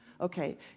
Okay